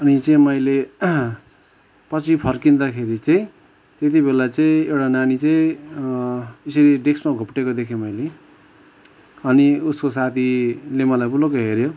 अनि चाहिँ मैले पछि फर्किँदाखेरि चाहिँ त्यति बेला चाहिँ एउटा नानी चाहिँ यसरी डेस्कमा घोप्टेको देखेँ मैले अनि उसको साथीले मलाई पुलुक्कै हेऱ्यो